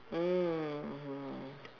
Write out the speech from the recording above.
mm